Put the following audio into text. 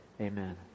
Amen